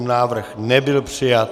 Návrh nebyl přijat.